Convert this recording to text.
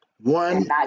One